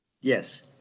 Yes